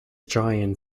giant